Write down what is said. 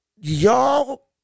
y'all